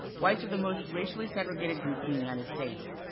whites are the most racially segregated group in the united states,